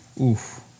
Oof